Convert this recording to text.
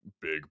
big